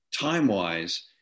time-wise